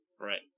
Right